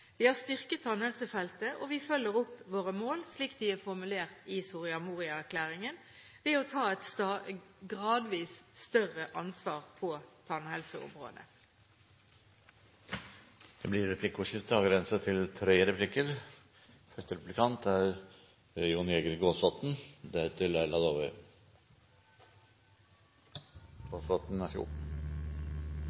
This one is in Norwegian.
Vi har styrket tannhelsefeltet, og vi følger opp våre mål, slik de er formulert i Soria Moria-erklæringen, ved å ta et gradvis større ansvar på tannhelseområdet. Det blir replikkordskifte.